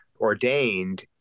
ordained